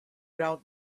doubt